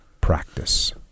practice